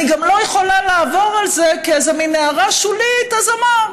אני גם לא יכולה לעבור על זה כעל איזו מין הערה שולית: אז אמר.